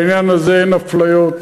בעניין הזה אין אפליות,